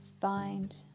find